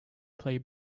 play